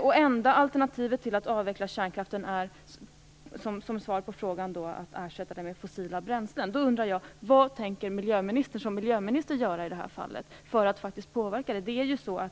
och enda alternativet till att avveckla kärnkraften är att ersätta den fossila bränslen? Vad tänker miljöministern som miljöminister göra i det här fallet för att påverka?